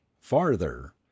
farther